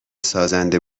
سازنده